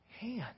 hand